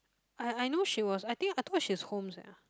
I I know she was I think I thought she's home sia